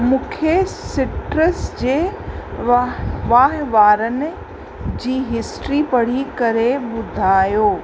मूंखे सिट्रस जे वा वहिंवारनि जी हिस्ट्री पढ़ी करे ॿुधायो